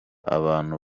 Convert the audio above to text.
abantu